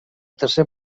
tercer